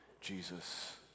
Jesus